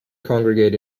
congregate